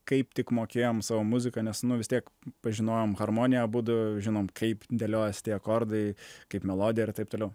kaip tik mokėjom savo muziką nes nu vis tiek pažinojom harmoniją abudu žinom kaip dėliojasi tie akordai kaip melodiją ir taip toliau